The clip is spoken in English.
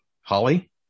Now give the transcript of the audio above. Holly